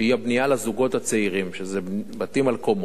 שהיא הבנייה לזוגות הצעירים, שזה בתים על קומות,